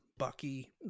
Bucky